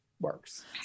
works